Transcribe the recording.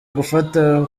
gufata